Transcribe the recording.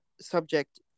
subject